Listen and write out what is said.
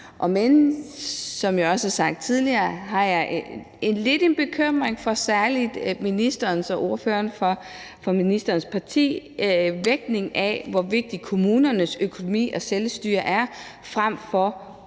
Som jeg også har sagt tidligere, har jeg lidt en bekymring for særlig ministerens og ordføreren for ministerens partis vægtning af, hvor vigtig kommunernes økonomi og selvstyre er frem for borgerens